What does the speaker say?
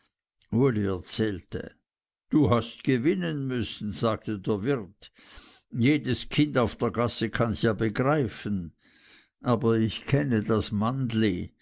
da hast gewinnen müssen sagte der wirt jedes kind auf der gasse kanns ja begreifen aber ich kenne das mannli